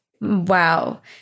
Wow